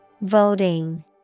Voting